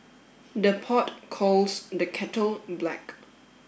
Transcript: the pot calls the kettle black